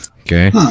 Okay